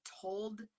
told